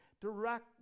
direct